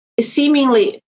seemingly